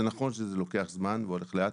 זה נכון שזה לוקח זמן והולך לאט.